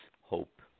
hope